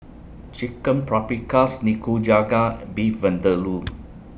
Chicken Paprikas Nikujaga Beef Vindaloo